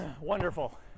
Wonderful